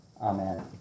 Amen